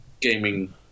gaming